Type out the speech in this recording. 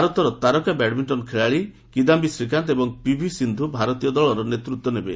ଭାରତର ତାରକା ବ୍ୟାଡମିଣ୍ଟନ ଖେଳାଳି କିଦାମ୍ବୀ ଶ୍ରୀକାନ୍ତ ଏବଂ ପିଭି ସିନ୍ଧୁ ଭାରତୀୟ ଦଳର ନେତୃତ୍ୱ ନେବେ